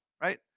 right